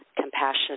Compassion